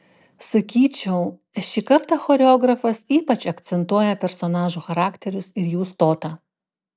sakyčiau šį kartą choreografas ypač akcentuoja personažų charakterius ir jų stotą